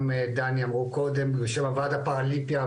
דני אמרו קודם בשם הוועד הפראלימפי.